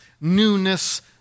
newness